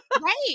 Right